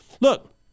look